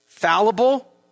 Fallible